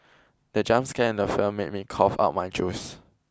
the jump scare in the film made me cough out my juice